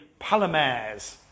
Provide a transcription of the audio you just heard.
Palomares